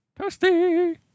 Toasty